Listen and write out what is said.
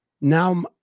now